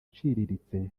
aciriritse